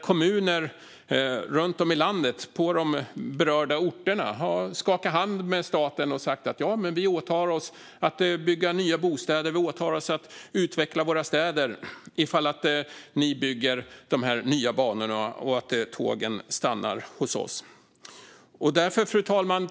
Kommuner runt om i landet, på de berörda orterna, har skakat hand med staten och sagt: Ja, vi åtar oss att bygga nya bostäder och att utveckla våra städer ifall ni bygger de nya banorna och tågen stannar hos oss. Fru talman!